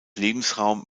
lebensraum